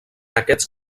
aquests